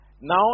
Now